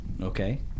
Okay